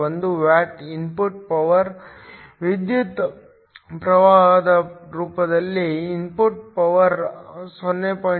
1 watt input power ವಿದ್ಯುತ್ ಪ್ರವಾಹದ ರೂಪದಲ್ಲಿ ಔಟ್ಪುಟ್ ಪವರ್ 0